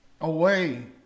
away